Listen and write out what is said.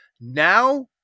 Now